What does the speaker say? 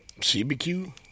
CBQ